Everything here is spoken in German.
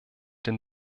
den